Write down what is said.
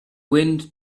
wind